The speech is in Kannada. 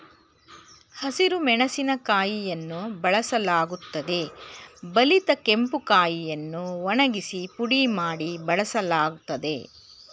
ಹಸಿರು ಮೆಣಸಿನಕಾಯಿಯನ್ನು ಬಳಸಲಾಗುತ್ತದೆ ಬಲಿತ ಕೆಂಪು ಕಾಯಿಯನ್ನು ಒಣಗಿಸಿ ಪುಡಿ ಮಾಡಿ ಬಳಸಲಾಗ್ತದೆ